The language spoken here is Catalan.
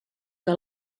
que